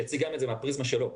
שיציג את זה גם מן הפריזמה שלו.